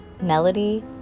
Melody